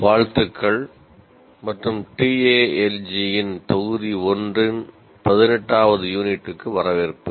வாழ்த்துக்கள் மற்றும் TALG இன் தொகுதி 1 இன் 18 வது யூனிட்டுக்கு வரவேற்பு